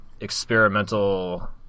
experimental